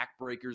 backbreakers